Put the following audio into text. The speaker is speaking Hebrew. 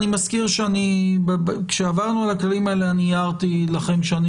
אני מזכיר שכשעברנו על הכללים האלה הערתי לכם שאני